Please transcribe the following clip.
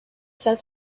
said